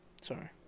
Sorry